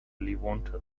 levanter